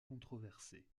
controversée